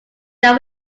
that